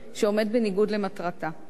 שעומד בניגוד למטרתה.